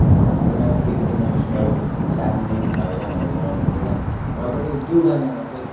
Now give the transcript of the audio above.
romantic emotional sadness भएको गानाहरू बनाउनुहुन्छ क्या र पनि त्यो गानामा चाहिँ